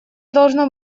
должно